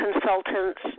consultants